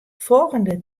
folgjende